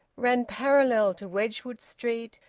ran parallel to wedgwood street,